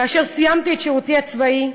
כאשר סיימתי את שירותי הצבאי,